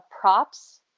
props